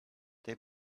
they